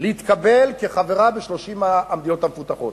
להתקבל כחברה בין 30 המדינות המפותחות.